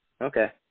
Okay